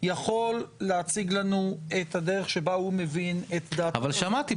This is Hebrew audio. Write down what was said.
יכול להציג לנו את הדרך בה הוא מבין את דעתו --- שמעתי,